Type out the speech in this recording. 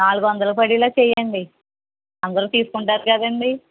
నాలుగు వందలు పడేలా చెయ్యండి అందరు తీసుకుంటారు కదండీ